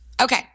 Okay